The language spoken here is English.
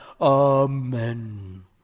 Amen